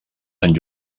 sant